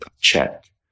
check